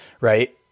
right